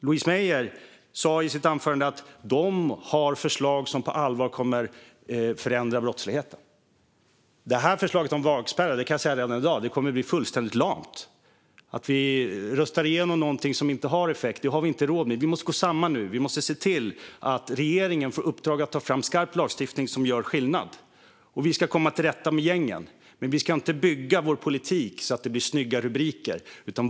Louise Meijer sa i sitt anförande att Moderaterna har förslag som på allvar kommer att förändra brottsligheten, men förslaget om vägspärrar kan jag redan i dag säga kommer att bli fullständigt lamt. Att rösta igenom någonting som inte har effekt har vi inte råd med. Vi måste gå samman nu. Vi måste se till att regeringen får i uppdrag att ta fram skarp lagstiftning som gör skillnad. Vi ska komma till rätta med gängen, men vi ska inte bygga vår politik på snygga rubriker.